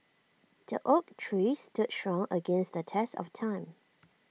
the oak tree stood strong against the test of time